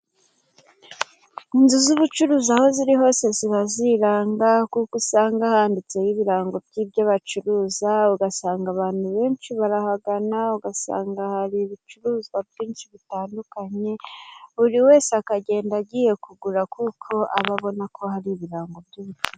Inzu z'ubucuruzi aho ziri hose ziba ziranga, kuko usanga handitseho ibirango by'ibyo bacuruza, ugasanga abantu benshi barahagana, ugasanga hari ibicuruzwa byinshi bitandukanye, buri wese akagenda agiye kugura, kuko aba abona ko hari ibirango by'ubucuruzi.